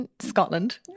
Scotland